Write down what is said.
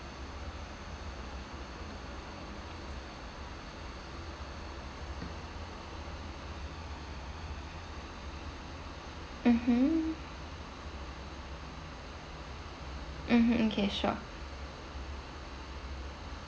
mmhmm mm okay sure